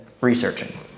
researching